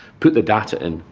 put the data in,